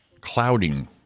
clouding